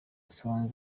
isaie